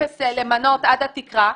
אפס למנות עד התקרה.